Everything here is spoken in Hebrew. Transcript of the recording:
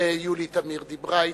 ויולי תמיר דיברה אתי.